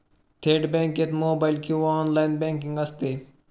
थेट बँकेत मोबाइल किंवा ऑनलाइन बँकिंग असते